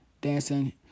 dancing